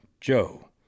Joe